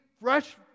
fresh